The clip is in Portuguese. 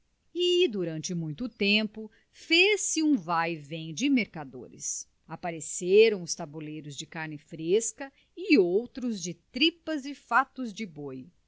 e durante muito tempo fez-se um vaivém de mercadores apareceram os tabuleiros de carne fresca e outros de tripas e fatos de boi